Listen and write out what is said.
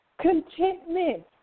contentment